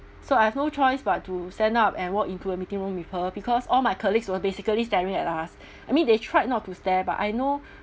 so I have no choice but to stand up and walk into a meeting room with her because all my colleagues were basically staring at us I mean they tried not to stare but I know